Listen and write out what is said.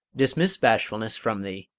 dismiss bashfulness from thee,